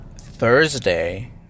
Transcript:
Thursday